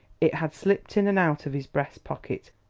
it had slipped in and out of his breast pocket.